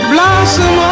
Blossom